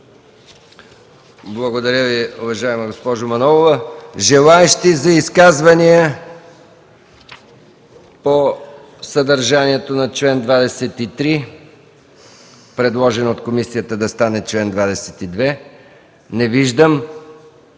Благодаря Ви, уважаема госпожо Манолова. Желаещи за изказвания по съдържанието на чл. 23, предложен от комисията да стане чл. 22? Не виждам.